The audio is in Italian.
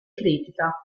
critica